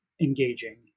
engaging